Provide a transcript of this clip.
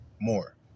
more